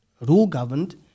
rule-governed